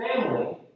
family